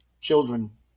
children